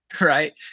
right